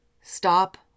Stop